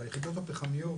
והיחידות הפחמיות